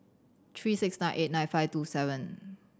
three six nine eight nine five two seven